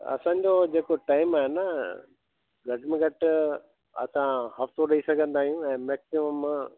असांजो जेको टाइम आहे न घटि में घटि असां हफ़्तो ॾेई सघंदा आहियूं ऐं मैक्सिमम